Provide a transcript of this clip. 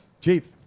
Chief